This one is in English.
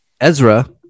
Ezra